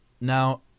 Now